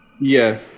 yes